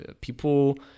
people